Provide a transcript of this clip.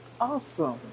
Awesome